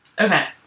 Okay